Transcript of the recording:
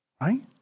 right